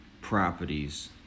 properties